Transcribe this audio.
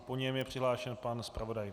Po něm je přihlášen pan zpravodaj.